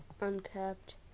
Uncapped